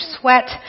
sweat